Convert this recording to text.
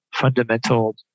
fundamental